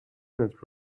not